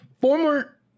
Former